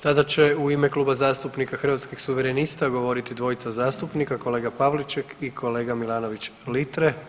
Sada će u ime Kluba zastupnika Hrvatskih suverenista govoriti dvojica zastupnika, kolega Pavliček i kolega Milanović Litre.